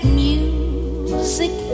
music